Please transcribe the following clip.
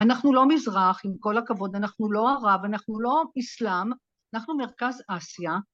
‫אנחנו לא מזרח, עם כל הכבוד, ‫אנחנו לא ערב, אנחנו לא איסלאם, ‫אנחנו מרכז אסיה.